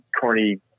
corny